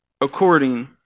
according